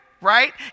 right